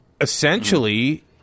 essentially